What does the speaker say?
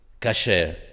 Kasher